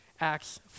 Acts